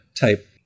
type